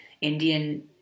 Indian